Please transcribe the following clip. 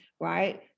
right